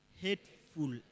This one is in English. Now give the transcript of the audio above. hateful